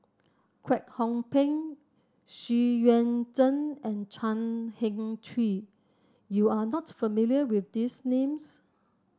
Kwek Hong Png Xu Yuan Zhen and Chan Heng Chee You are not familiar with these names